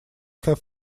have